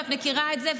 ואת מכירה את זה,